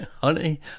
honey